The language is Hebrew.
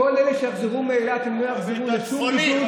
כל אלה שיחזרו מאילת לא יחזרו לשום בידוד.